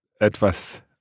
etwas